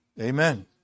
Amen